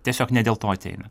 tiesiog ne dėl to ateina